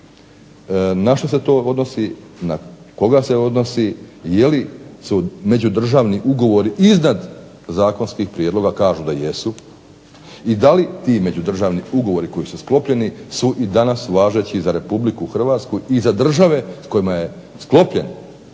na što se to odnosi, na koga se to odnosi, jelu su međudržavni ugovori iznad zakonskih prijedloga? Kažu da jesu. I da li ti međudržavni ugovori koji su sklopljeni su i danas važeći za RH i za države s kojima je sklopljen